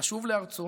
לשוב לארצו